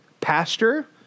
pastor